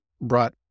brought